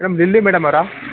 madam Delhi madam ಅವರಾ